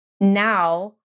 Now